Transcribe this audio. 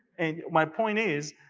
and my point is,